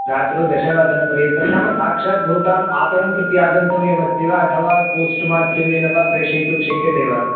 रात्रौ दशवादनपर्यन्तं नाम साक्षात् भवताम् आपणं प्रति आगन्तव्यमस्ति वा अथवा पोस्ट् माध्यमेन वा प्रेषयितुं शक्यते वा